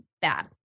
bad